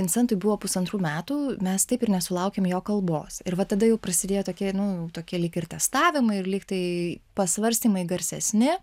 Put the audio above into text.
vincentui buvo pusantrų metų mes taip ir nesulaukėm jo kalbos ir va tada jau prasidėjo tokie nu jau tokie lyg ir testavimai ir lygtai pasvarstymai garsesni